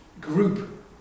group